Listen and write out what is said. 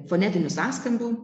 fonetinių sąskambių